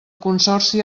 consorci